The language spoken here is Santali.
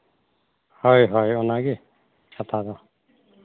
ᱦᱳᱭ ᱦᱳᱭ ᱚᱱᱟ ᱜᱮ ᱠᱟᱛᱷᱟ ᱫᱚ